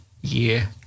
year